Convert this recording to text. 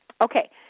Okay